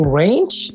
range